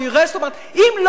זאת אומרת, אם לא נדבר,